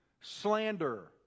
Slander